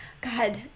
God